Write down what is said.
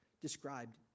described